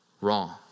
wrong